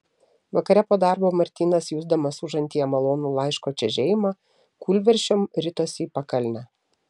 vakare po darbo martynas jusdamas užantyje malonų laiško čežėjimą kūlversčiom ritosi į pakalnę